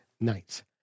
nights